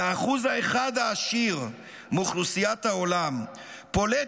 והאחוז האחד העשיר מאוכלוסיית העולם פולט